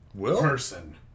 person